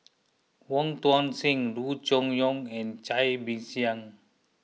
Wong Tuang Seng Loo Choon Yong and Cai Bixia